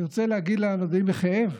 אני רוצה להגיד לאדוני, בכאב,